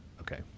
Okay